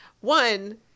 One